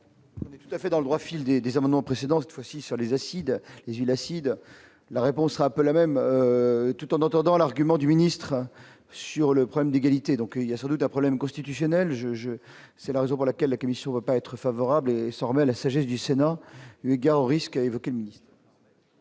Tout à fait dans le droit fil des des précédents, cette fois-ci sur les acides, les huiles acides, la réponse sera un peu la même tout en entendant l'argument du ministre sur le problème d'égalité, donc il y a surtout d'un problème constitutionnel je, je, c'est la raison pour laquelle la Commission va pas être favorable, s'en remet à la sagesse du Sénat, eu égard aux risques évoqué le ministre.